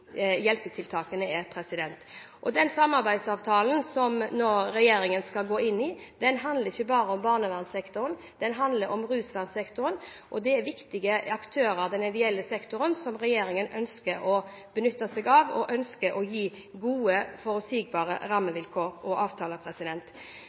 regjeringen skal gå inn i, handler ikke bare om barnevernssektoren. Den handler om russektoren, og de viktige aktørene i den ideelle sektoren som regjeringen ønsker å benytte seg av og gi gode, forutsigbare